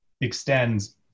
extends